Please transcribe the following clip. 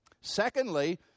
Secondly